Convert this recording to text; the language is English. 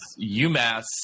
UMass